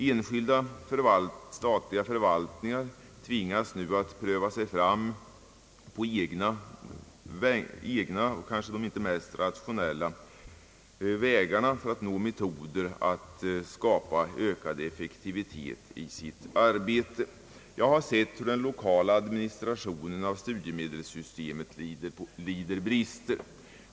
Enskilda statliga förvaltningar tvingas nu att pröva sig fram på egna vägar, som kanske inte är de mest rationella, för att nå metoder att skapa ökad effektivitet i sitt arbete. Jag har sett hur den lokala administrationen av studiemedelssystemet lider av brister.